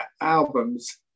albums